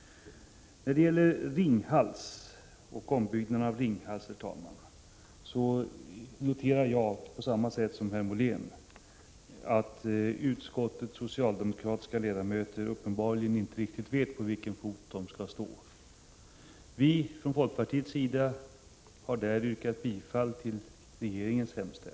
När det gäller ombyggnaden av Ringhals noterar jag liksom herr Molén att utskottets socialdemokratiska ledamöter uppenbarligen inte riktigt vet på vilken fot de skall stå. Vi har från folkpartiets sida yrkat bifall till regeringens förslag.